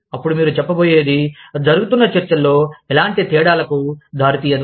అప్పుడు మీరు చెప్పబోయేది జరుగుతున్న చర్చల్లో ఎలాంటి తేడాలకు దారితీయదు